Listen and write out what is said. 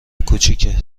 کوچیکه